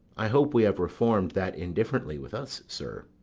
i hope we have reform'd that indifferently with us, sir.